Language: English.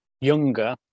younger